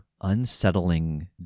unsettling